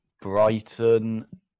Brighton